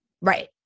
Right